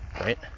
Right